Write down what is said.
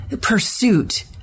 pursuit